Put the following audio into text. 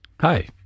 Hi